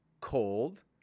cold